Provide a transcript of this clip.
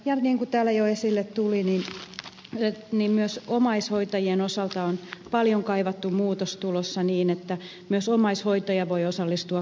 ja niin kuin täällä jo esille tuli myös omaishoitajien osalta on paljon kaivattu muutos tulossa niin että myös omaishoitaja voi osallistua kotiäänestykseen